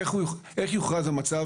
איך יוכרז המצב?